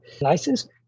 license